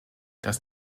das